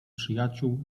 przyjaciół